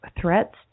threats